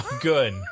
Good